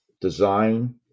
design